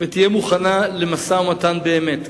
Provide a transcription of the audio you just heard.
ותהיה מוכנה למשא-ומתן באמת.